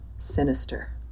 Sinister